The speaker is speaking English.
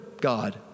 God